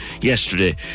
yesterday